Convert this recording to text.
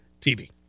TV